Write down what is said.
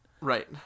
Right